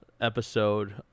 episode